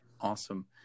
Awesome